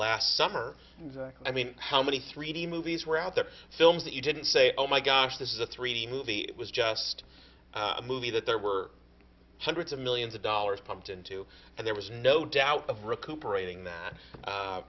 last summer i mean how many three d movies were out there films that you didn't say oh my gosh this is a three d movie it was just a movie that there were hundreds of millions of dollars pumped into and there was no doubt of recuperating that